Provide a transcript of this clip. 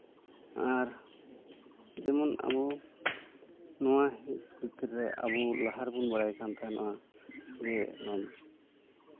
ᱟᱨ ᱡᱮᱢᱚᱱ ᱟᱵᱚ ᱱᱚᱣᱟ ᱵᱷᱤᱛᱨᱤ ᱨᱮ ᱟᱵᱚ ᱞᱟᱦᱟ ᱨᱮᱵᱚᱱ ᱵᱟᱲᱟᱭ ᱠᱟᱱ ᱛᱟᱦᱮᱱᱟ ᱡᱮ